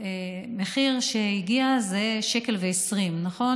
המחיר הגיע ל-1.20 שקל, נכון?